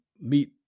meet